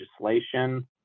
legislation